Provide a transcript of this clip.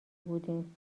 بودیم